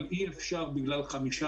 אבל אי אפשר שבגלל שלושה,